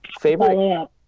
Favorite